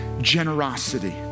generosity